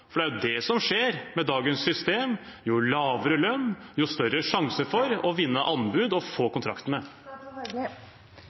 for det er jo det som skjer med dagens system: jo lavere lønn, jo større sjanse for å vinne anbud og få